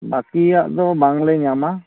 ᱵᱟᱹᱠᱤᱭᱟᱜ ᱫᱚ ᱵᱟᱝ ᱞᱮ ᱧᱟᱢᱟ